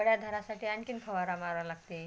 कळ्या धरण्यासाठी आणखीन फवारा मारावा लागते